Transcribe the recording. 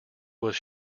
was